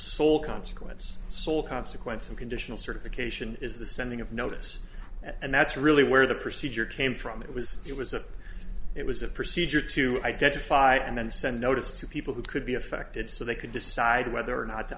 sole consequence sole consequence of conditional certification is the sending of notice and that's really where the procedure came from it was it was a it was a procedure to identify and then send notice to people who could be affected so they could decide whether or not to